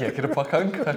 tiek ir pakanka